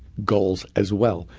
goals as well,